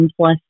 plus